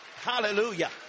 Hallelujah